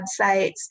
websites